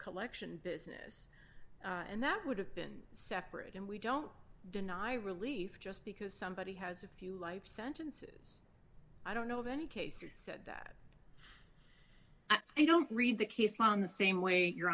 collection business and that would have been separate and we don't deny relief just because somebody has a few life sentences i don't know of any case that said that i don't read the case law on the same way you